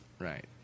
Right